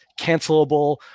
cancelable